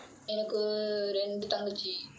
எனக்கு ரெண்டு தங்கச்சி:enakku rendu thangachi